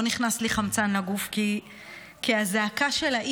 לא נכנס לי חמצן לגוף,